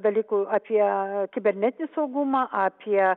dalykų apie kibernetinį saugumą apie